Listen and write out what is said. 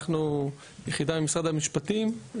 אנחנו יחידה במשרד המשפטים,